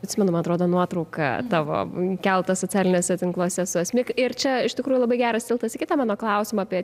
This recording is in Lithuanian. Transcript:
atsimenu man atrodo nuotrauka tavo keltas socialiniuose tinkluose su asmik ir čia iš tikrųjų labai geras tiltas į kitą mano klausimą apie